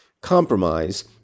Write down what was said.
compromise